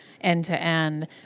end-to-end